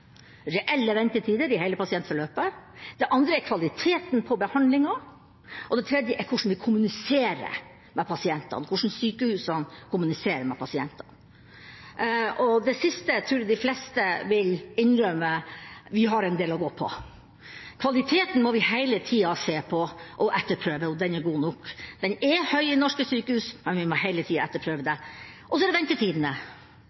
reelle ventetider i hele pasientforløpet. Det andre er kvaliteten på behandlingen, og det tredje er hvordan sykehusene kommuniserer med pasientene. Når det gjelder det siste, tror jeg de fleste vil innrømme at vi har en del å gå på. Kvaliteten må vi hele tida se på og etterprøve om den er god nok. Den er høy i norske sykehus, men vi må hele tida etterprøve